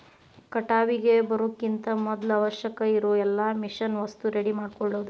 ಕಟಾವಿಗೆ ಬರುಕಿಂತ ಮದ್ಲ ಅವಶ್ಯಕ ಇರು ಎಲ್ಲಾ ಮಿಷನ್ ವಸ್ತು ರೆಡಿ ಮಾಡ್ಕೊಳುದ